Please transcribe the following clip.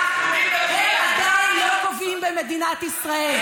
שופטי בית המשפט לענייני משפחה עדיין לא קובעים במדינת ישראל.